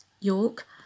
York